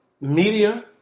media